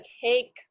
take